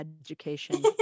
education